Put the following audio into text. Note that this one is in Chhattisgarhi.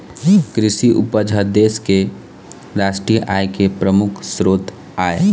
कृषि उपज ह देश के रास्टीय आय के परमुख सरोत आय